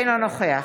אינו נוכח